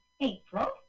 April